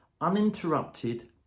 uninterrupted